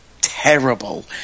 terrible